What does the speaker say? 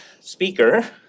speaker